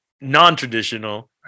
non-traditional